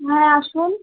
হ্যাঁ আসুন